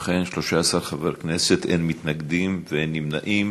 ובכן, 13 חברי כנסת, אין מתנגדים ואין נמנעים.